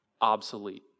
obsolete